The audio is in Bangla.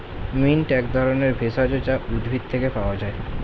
মিন্ট এক ধরনের ভেষজ যা উদ্ভিদ থেকে পাওয় যায়